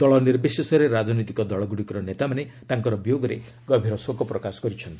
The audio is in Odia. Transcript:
ଦଳ ନିର୍ବିଶେଷରେ ରାଜନୈତିକ ଦଳଗୁଡ଼ିକର ନେତାମାନେ ତାଙ୍କ ବିୟୋଗରେ ଗଭୀର ଶୋକପ୍ରକାଶ କରିଛନ୍ତି